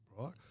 right